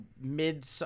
mid-